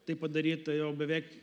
tai padaryta jau beveik